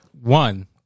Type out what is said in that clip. one